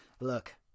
Look